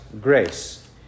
grace